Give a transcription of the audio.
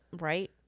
right